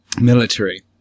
military